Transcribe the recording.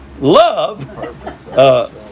Love